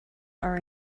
are